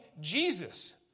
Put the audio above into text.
Jesus